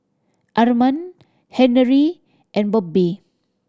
Armand Henery and Bobbie